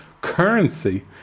currency